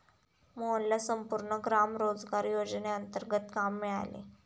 मोहनला संपूर्ण ग्राम रोजगार योजनेंतर्गत काम मिळाले